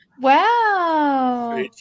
Wow